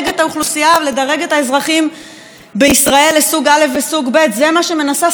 לדרג את האזרחים בישראל לסוג א' וסוג ב' זה מה שמנסה לעשות שרת המשפטים,